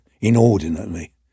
inordinately